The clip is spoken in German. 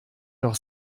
noch